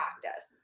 practice